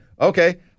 Okay